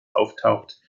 auftaucht